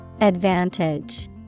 advantage